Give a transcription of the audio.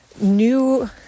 new